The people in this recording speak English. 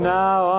now